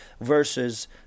versus